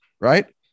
Right